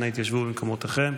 אנא התיישבו במקומותיכם.